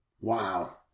Wow